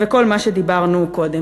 וכל מה שדיברנו קודם.